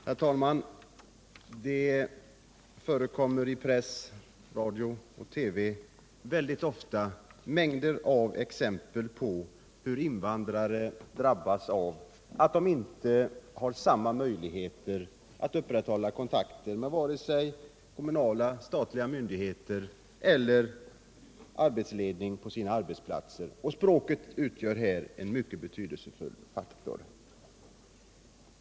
Herr talman! I press, radio och TV förekommer ofta mängder av exempel på hur hårt invandrare drabbas på grund av att de inte har samma möjligheter som andra att upprätthålla kontakter med kommunala och statliga myndigheter eller med arbetsledningen på sina arbetsplatser. Språket utgör härvidlag en mycket betydelsefull faktor.